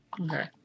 Okay